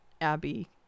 Abby